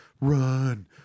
run